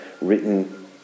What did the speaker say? written